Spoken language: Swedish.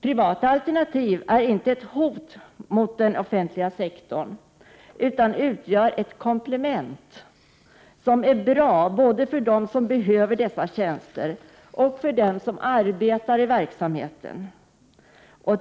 Privata alternativ är inte ett hot mot den offentliga sektorn utan utgör ett komplement, som är bra både för dem som behöver dessa tjänster och för dem som arbetar i verksamheten.